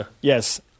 yes